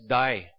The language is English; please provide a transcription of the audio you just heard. die